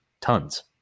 tons